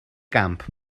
gamp